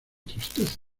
tristeza